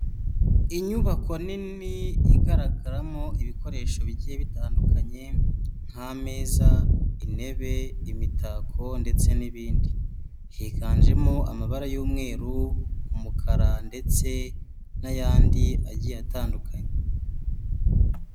Inyubako nini igaragaramo ibikoresho bigiye bitandukanye nkameza, intebe, imitako ndetse n'ibindi higanjemo amabara y'umweru, umukara ndetse n'ayandi agiye atandukanye.